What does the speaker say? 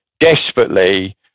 desperately